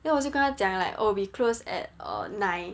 then 我就跟她讲 like oh we close at uh nine